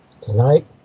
tonight